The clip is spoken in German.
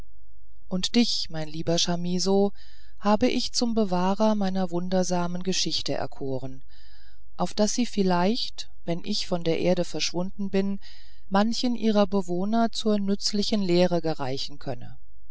und dich mein lieber chamisso hab ich zum bewahrer meiner wundersamen geschichte erkoren auf daß sie vielleicht wenn ich von der erde verschwunden bin manchen ihrer bewohner zur nützlichen lehre gereichen könne